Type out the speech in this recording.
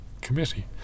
committee